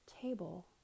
table